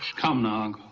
come now,